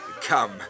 Come